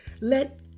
let